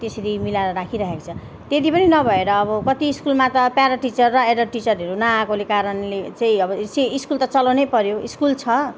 त्यसरी मिलाएर राखिरहेको छ त्यति पनि नभएर अब कति स्कुलमा त प्यारा टिचर र एडहक टिचरहरू नआएकोले कारणले चाहिँ अब सि स्कुल त चलाउनैपऱ्यो स्कुल छ